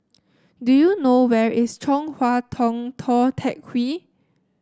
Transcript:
do you know where is Chong Hua Tong Tou Teck Hwee